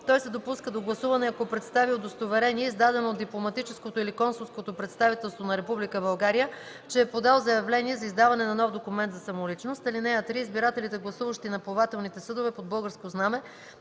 той се допуска до гласуване, ако представи удостоверение, издадено от дипломатическото или консулското представителство на Република България, че е подал заявление за издаване на нов документ за самоличност. (3) Избирателите, гласуващи на плавателните съдове под българско знаме,